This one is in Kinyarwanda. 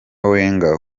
wenger